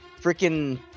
freaking